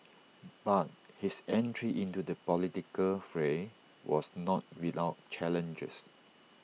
but his entry into the political fray was not without challenges